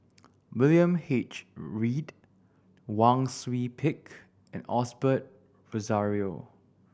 William H Read Wang Sui Pick and Osbert Rozario